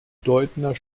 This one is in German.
bedeutender